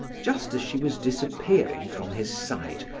just as she was disappearing from his sight,